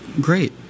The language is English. great